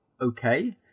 okay